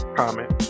comment